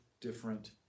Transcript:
different